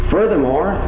Furthermore